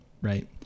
right